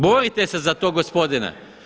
Borite se za to gospodine!